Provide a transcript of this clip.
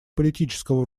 политического